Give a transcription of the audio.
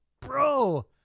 Bro